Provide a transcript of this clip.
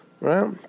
right